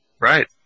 Right